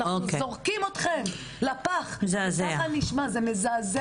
אנחנו זורקים אתכן לפח" ככה זה נשמע.